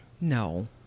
No